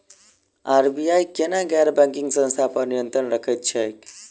RBI केना गैर banking संस्था पर नियत्रंण राखैत छैक?